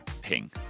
ping